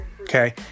Okay